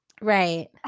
right